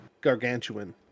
gargantuan